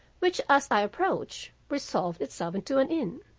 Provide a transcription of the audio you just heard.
which as i approached resolved itself into an inn.